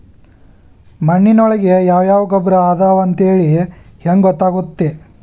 ಮಣ್ಣಿನೊಳಗೆ ಯಾವ ಯಾವ ಗೊಬ್ಬರ ಅದಾವ ಅಂತೇಳಿ ಹೆಂಗ್ ಗೊತ್ತಾಗುತ್ತೆ?